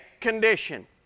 condition